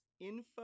info